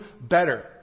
better